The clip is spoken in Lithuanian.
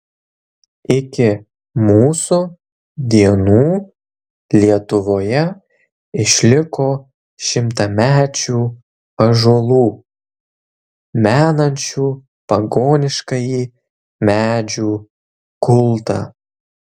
iki mūsų dienų lietuvoje išliko šimtamečių ąžuolų menančių pagoniškąjį medžių kultą